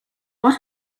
what